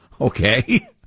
Okay